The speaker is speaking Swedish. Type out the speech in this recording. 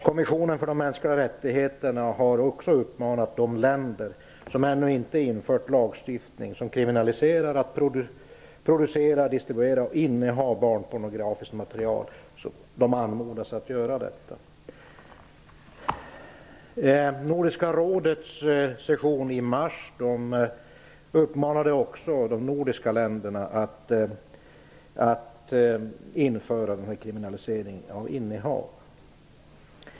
Kommissionen för de mänskliga rättigheterna har också uppmanat de länder, som ännu inte infört lagstiftning som kriminaliserar produktion, distribution och innehav av barnpornografiskt material, att göra det. Nordiska rådets session i mars uppmanade också de nordiska länderna att kriminalisera innehav.